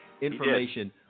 information